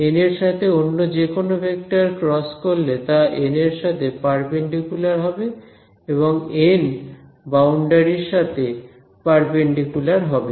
N এর সাথে অন্য যেকোন ভেক্টরের ক্রস করলে তা এন এর সাথে পারপেন্ডিকুলার হবে এবং এন বাউন্ডারির সাথে পারপেন্ডিকুলার হবে